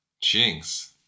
Jinx